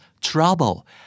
trouble